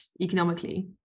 economically